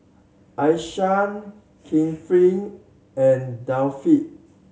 Aishah Kefli and Taufik